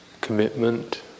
commitment